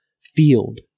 field